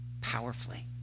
powerfully